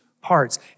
parts